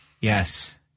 Yes